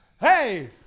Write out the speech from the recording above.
Hey